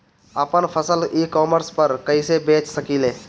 आपन फसल e commerce पर कईसे बेच सकिले?